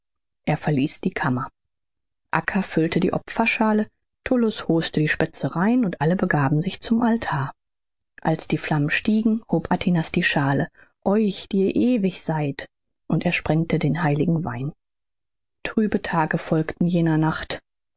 er verließ die kammer acca füllte die opferschale tullus hoste die specereien und alle begaben sich zum altar als die flammen stiegen hob atinas die schale euch die ihr ewig seid und er sprengte den heiligen wein trübe tage folgten jener nacht